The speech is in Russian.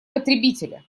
потребителя